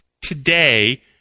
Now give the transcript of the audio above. today